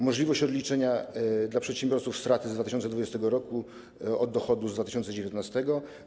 Możliwość odliczenia dla przedsiębiorców straty z 2020 r. od dochodu z 2019 r.